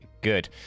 good